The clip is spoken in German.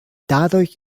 dadurch